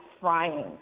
frying